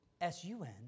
S-U-N